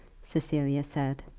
cecilia said.